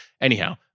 Anyhow